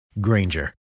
Granger